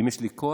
ואם יש לי כוח,